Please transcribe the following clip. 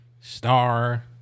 star